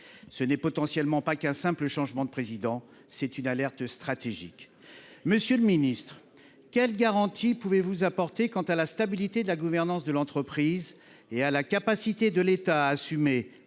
Ce n’est peut être pas qu’un simple changement de président. C’est une alerte stratégique. Monsieur le ministre, quelles garanties pouvez vous apporter quant à la stabilité de la gouvernance de l’entreprise et à la capacité de l’État à assumer,